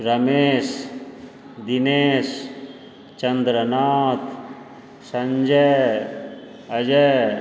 Ramesh Dinesh Chandranath Sanjay Ajay